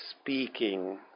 speaking